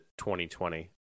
2020